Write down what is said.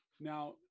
Now